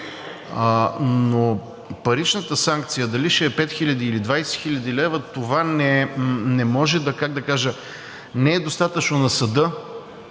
но паричната санкция дали ще е 5000 или 20 хил. лв. това не е достатъчно на съда,